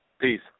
Peace